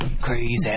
Crazy